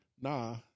nah